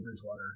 Bridgewater